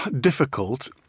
difficult